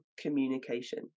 communication